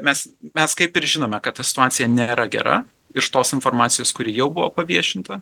mes mes kaip ir žinome kad ta situacija nėra gera iš tos informacijos kuri jau buvo paviešinta